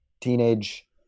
teenage